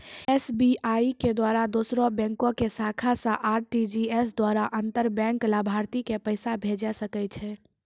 SBI के द्वारा दोसरो बैंको के शाखा से आर.टी.जी.एस द्वारा अंतर बैंक लाभार्थी के पैसा भेजै सकै छै